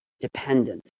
dependent